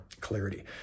clarity